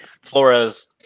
Flores